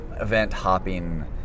event-hopping